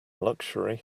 luxury